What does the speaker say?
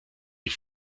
die